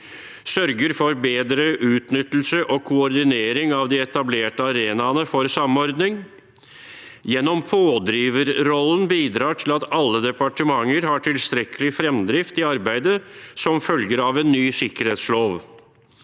sørger for bedre utnyttelse og koordinering av de etablerte arenaene for samordning – gjennom pådriverrollen bidrar til at alle departementer har tilstrekkelig fremdrift i arbeidet som følger av ny sikkerhetslov